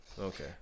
Okay